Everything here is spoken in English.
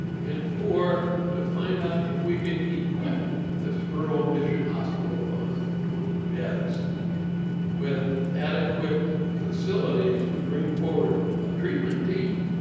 and four, to find out if we could equip this rural mission hospital of one hundred and twenty beds with adequate facilities to bring forward um a treatment team,